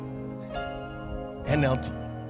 NLT